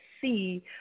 see